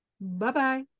Bye-bye